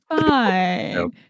fine